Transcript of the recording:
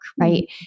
right